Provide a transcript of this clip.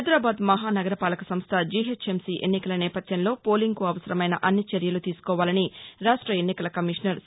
హైదరాబాద్ మహా నగరపాలకసంస్ట జీహెచ్ఎంసీ ఎన్నికల నేపథ్యంలో పోలింగ్కు అవసరమైన అన్ని చర్యలు తీసుకోవాలని రాష్ట ఎన్నికల కమిషనర్ సి